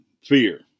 Fear